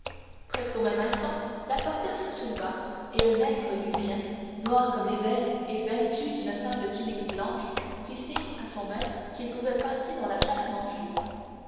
presque au même instant la portière se souleva et un nègre nubien noir comme l'ébène et vêtu d'une simple tunique blanche fit signe à son maître qu'il pouvait passer dans la salle à manger